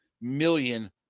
million